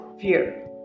fear